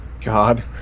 God